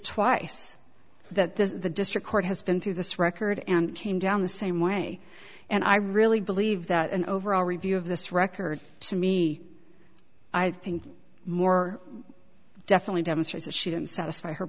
twice that the district court has been through this record and came down the same way and i really believe that an overall review of this record to me i think more definitely demonstrates that she didn't satisfy her